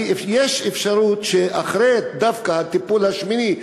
יש אפשרות שדווקא אחרי הטיפול השמיני,